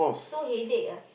so headache ah